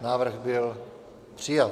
Návrh byl přijat.